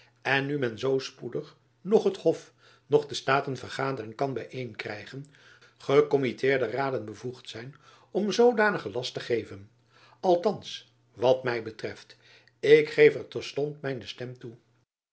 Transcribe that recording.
en nu men zoo spoedig noch het hof noch de staten vergadering kan byeenkrijgen gekommitteerde raden bevoegd zijn om zoodanigen last te geven jacob van lennep elizabeth musch althands wat my betreft ik geef er terstond mijne stem toe